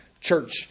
church